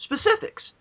specifics